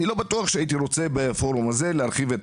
אני לא בטוח שהייתי רוצה בפורום הזה להרחיב את